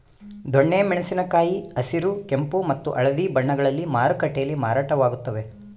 ದೊಣ್ಣೆ ಮೆಣಸಿನ ಕಾಯಿ ಹಸಿರು ಕೆಂಪು ಮತ್ತು ಹಳದಿ ಬಣ್ಣಗಳಲ್ಲಿ ಮಾರುಕಟ್ಟೆಯಲ್ಲಿ ಮಾರಾಟವಾಗುತ್ತವೆ